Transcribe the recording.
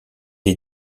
est